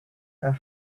her